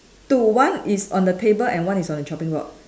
two one is on the table and one is on the chopping board